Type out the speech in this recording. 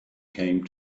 came